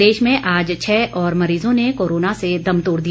प्रदेश में आज छः और मरीजों ने कोरोना से दम तोड़ दिया